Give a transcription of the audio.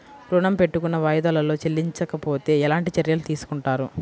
ఋణము పెట్టుకున్న వాయిదాలలో చెల్లించకపోతే ఎలాంటి చర్యలు తీసుకుంటారు?